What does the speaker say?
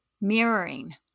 mirroring